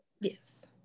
Yes